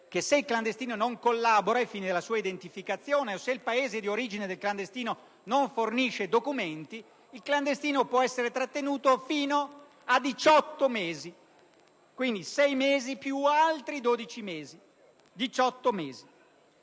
che se il clandestino non collabora ai fini della sua identificazione o se il Paese d'origine del clandestino non fornisce documenti, il clandestino può essere trattenuto fino a 18 mesi. Dunque, 6 più 12: 18 mesi